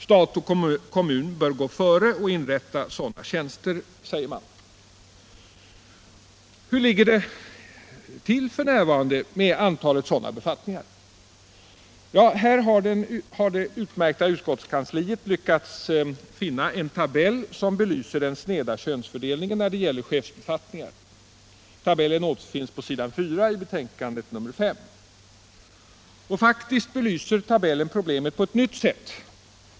Stat och kommun bör gå före och inrätta = sådana tjänster, säger man. Jämställdhetsfrågor Hur ligger det till f.n. med antalet sådana befattningar? Ja, här har = Mm.m. det utmärkta utskottskansliet lyckats finna en tabell som belyser den sneda könsfördelningen när det gäller chefsbefattningar. Tabellen återfinns på s. 4 i betänkandet nr 5. Och faktiskt belyser tabellen problemet på ett nytt sätt.